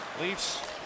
Leafs